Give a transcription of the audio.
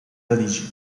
radici